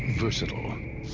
versatile